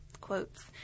quotes